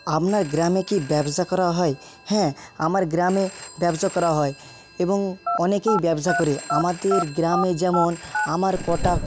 আপনার গ্রামে কি ব্যবসা করা হয় হ্যাঁ আমার গ্রামে ব্যবসা করা হয় এবং অনেকেই ব্যবসা করে আমাদের গ্রামে যেমন আমার কটা